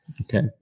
Okay